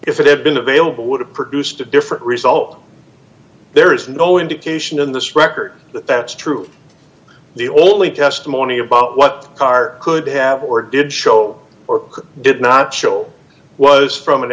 if it had been available would have produced a different result there is no indication in this record that that's true the only testimony about what car could have or did show or did not show was from an